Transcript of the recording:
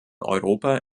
europa